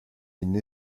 une